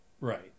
Right